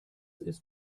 ist